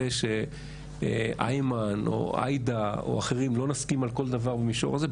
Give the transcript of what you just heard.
זה שאיימן או עאידה או אחרים לא נסכים על כל דבר במישור הזה,